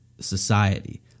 society